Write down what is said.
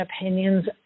opinions